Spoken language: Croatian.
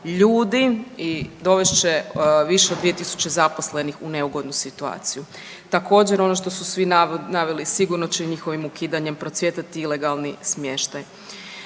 ljudi i dovest će više od 2 000 zaposlenih u neugodnu situaciju. Također, ono što su svi naveli, sigurno će njihovim ukidanjem procvjetati ilegalni smještaj.